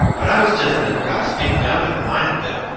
but i was diffident about speaking up and reminding them.